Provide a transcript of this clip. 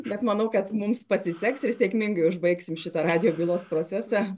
bet manau kad mums pasiseks ir sėkmingai užbaigsim šitą radijo bylos procesą